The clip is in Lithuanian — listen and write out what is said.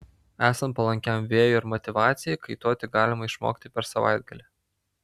esant palankiam vėjui ir motyvacijai kaituoti galima išmokti per savaitgalį